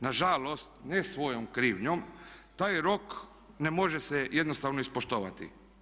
Nažalost, ne svojom krivnjom, taj rok ne može se jednostavno ispoštovati.